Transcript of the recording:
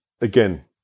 again